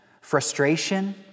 frustration